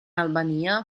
albania